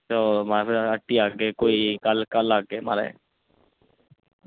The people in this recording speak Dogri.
एह् हट्टी आह्गे म्हाराज कोई एह् कल्ल कल्ल आह्गे